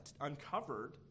uncovered